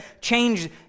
change